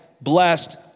blessed